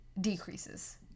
decreases